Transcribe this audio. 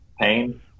pain